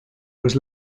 was